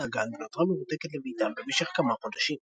את האגן ונותרה מרותקת לביתה למשך כמה חודשים.